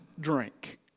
Drink